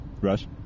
Rush